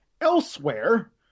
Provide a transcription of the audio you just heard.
elsewhere